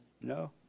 No